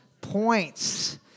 points